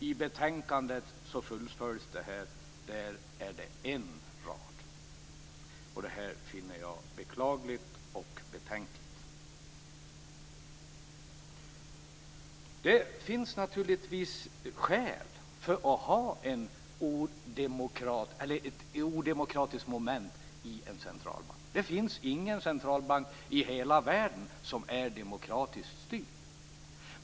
I betänkandet fullföljs det här, och där är det en rad. Det här finner jag beklagligt och betänkligt. Det finns naturligtvis skäl för att ha ett odemokratiskt moment i en centralbank. Det finns ingen centralbank i hela världen som är demokratiskt styrd.